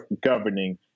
governing